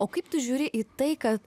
o kaip tu žiūri į tai kad